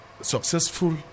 successful